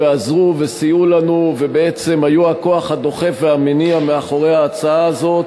עזרו וסייעו לנו ובעצם היו הכוח הדוחף והמניע מאחורי ההצעה הזאת,